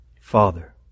Father